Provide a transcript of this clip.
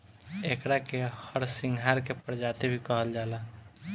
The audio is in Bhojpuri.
एकरा के हरसिंगार के प्रजाति भी कहल जाला